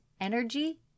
energy